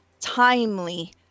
timely